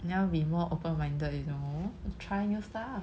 你要 be more open minded you know try new stuff